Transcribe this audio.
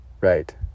right